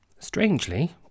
Strangely